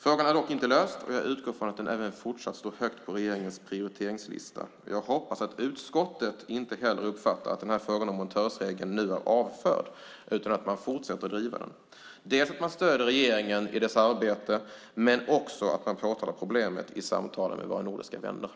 Frågan är dock inte löst, och jag utgår från att den även fortsatt står högt på regeringens prioriteringslista. Jag hoppas att utskottet inte heller uppfattar att frågan om montörsregeln nu är avförd utan att man fortsätter att driva den, dels att man stöder regeringen i dess arbete, dels att man påtalar problemet i samtalen med våra nordiska grannländer.